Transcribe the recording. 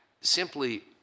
simply